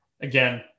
Again